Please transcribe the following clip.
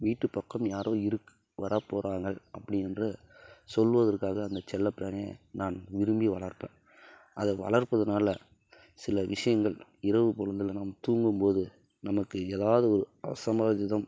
வீட்டு பக்கம் யாரோ இருக் வரப் போறாங்கள் அப்படின்ற சொல்வதற்காக அந்த செல்லப்பிராணியை நான் விரும்பி வளர்ப்பேன் அது வளர்ப்பதனால் சில விஷயங்கள் இரவு பொழுதில் நாம் தூங்கும்போது நமக்கு ஏதாவது ஒரு அசம்பாவிதம்